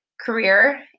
career